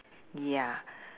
ya